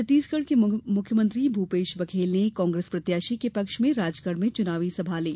छत्तीसगढ़ के मुख्यमंत्री भूपेश बघेल ने कांग्रेस प्रत्याशी के पक्ष में राजगढ़ में चुनावी सभा ली